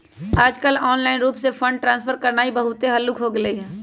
याजकाल ऑनलाइन रूप से फंड ट्रांसफर करनाइ बहुते हल्लुक् हो गेलइ ह